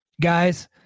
guys